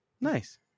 nice